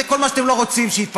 זה כל מה שאתם לא רוצים שיתפרסם,